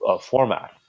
format